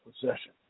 possession